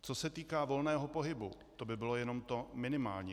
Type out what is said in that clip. Co se týká volného pohybu, to bylo jenom to minimální.